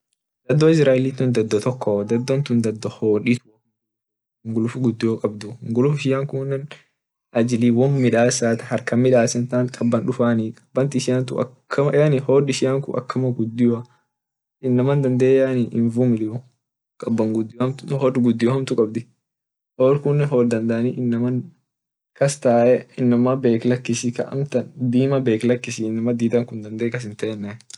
Dado israeli dado tokoo dado tun dado hoditu hungluf kabdu hungluf kun ajili won midasat harkan midasentat dufani hod ishian kun akama gudio inama daden hinvumiliu hod gudio hamtu kabdi hod kunne hod inama dandee kastaumuu inama bek lakis inama didankun dandee kas hintenee.